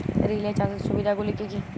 Relay চাষের সুবিধা গুলি কি কি?